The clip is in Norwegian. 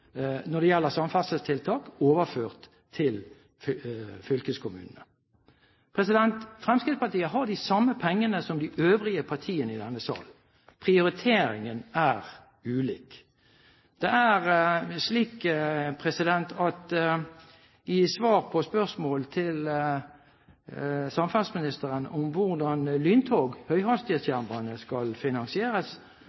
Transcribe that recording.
når det gjelder samferdselstiltak, overført til fylkeskommunene. Fremskrittspartiet har de samme pengene som de øvrige partiene i denne salen. Prioriteringen er ulik. På spørsmål til samferdselsministeren om hvordan lyntog,